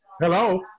Hello